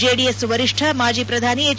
JDS ವರಿಷ್ಣ ಮಾಜಿ ಪ್ರಧಾನಿ ಎಚ್